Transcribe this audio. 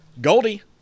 Goldie